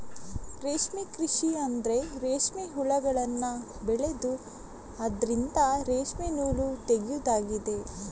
ರೇಷ್ಮೆ ಕೃಷಿ ಅಂದ್ರೆ ರೇಷ್ಮೆ ಹುಳಗಳನ್ನ ಬೆಳೆದು ಅದ್ರಿಂದ ರೇಷ್ಮೆ ನೂಲು ತೆಗೆಯುದಾಗಿದೆ